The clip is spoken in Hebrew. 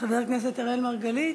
חבר הכנסת אראל מרגלית,